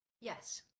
Yes